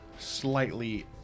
slightly